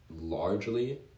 largely